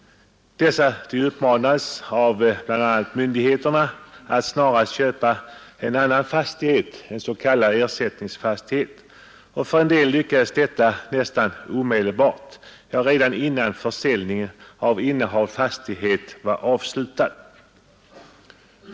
De uppmanades bl.a. av myndigheterna att snarast köpa en annan fastighet, en s.k. ersättningsfastighet. För en del lyckades detta nästan omedelbart — ja, redan innan försäljningen av innehavd fastighet var avslutad.